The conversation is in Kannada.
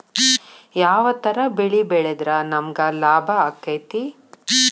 ಯಾವ ತರ ಬೆಳಿ ಬೆಳೆದ್ರ ನಮ್ಗ ಲಾಭ ಆಕ್ಕೆತಿ?